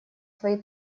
свои